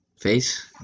face